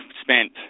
spent